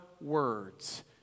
words